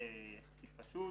זה יחסית פשוט.